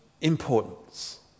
importance